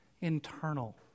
internal